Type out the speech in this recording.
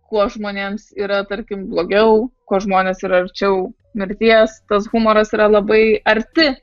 kuo žmonėms yra tarkim blogiau ko žmonės yra arčiau mirties tas humoras yra labai arti